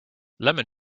lemon